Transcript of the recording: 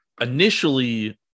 initially